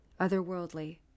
otherworldly